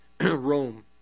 Rome